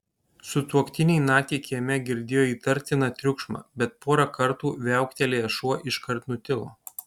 sutuoktiniai naktį kieme girdėjo įtartiną triukšmą bet porą kartų viauktelėjęs šuo iškart nutilo